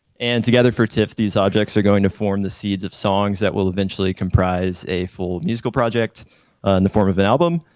and together for tiff, these objects are going to form the seeds of songs that will eventually comprise a full musical project in and the form of an album.